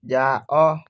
ଯାଅ